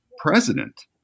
president